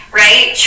right